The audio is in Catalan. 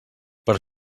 per